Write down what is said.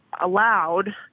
allowed